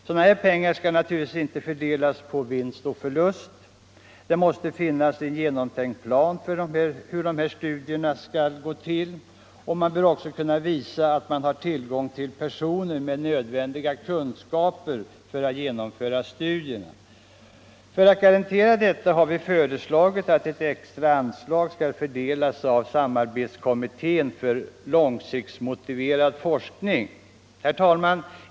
Sådana pengar skall naturligtvis inte fördelas på vinst och förlust; det måste finnas en genomtänkt plan för hur studierna skall gå till, och man bör också kunna visa att man har tillgång till personer med nödvändiga kunskaper för att genomföra studierna. För att garantera detta har vi föreslagit att det extra anslaget skall fördelas av samarbetskommittén för långsiktsmotiverad forskning. Herr talman!